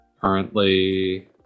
currently